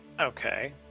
Okay